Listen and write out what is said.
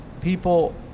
people